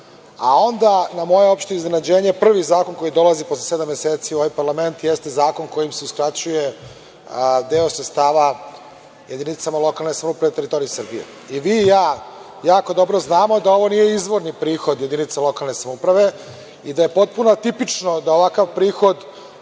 a onda na moje opšte iznenađenje, prvi zakon koji dolazi posle sedam meseci u ovaj parlament jeste zakon kojim se uskraćuje deo sredstava jedinicama lokalne samouprave na teritoriji Republike Srbije. Vi i ja jako dobro znamo da ovo nije izvorni prihod jedinica lokalne samouprave i da je potpuno atipično da ovakav prihod